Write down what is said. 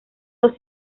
dos